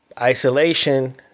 Isolation